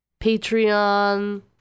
Patreon